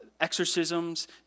exorcisms